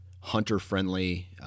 hunter-friendly